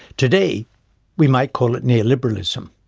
today we might call it neoliberalism.